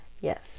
yes